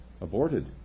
aborted